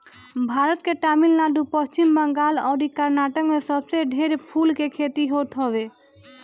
भारत के तमिलनाडु, पश्चिम बंगाल अउरी कर्नाटक में सबसे ढेर फूल के खेती होत हवे